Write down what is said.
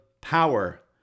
power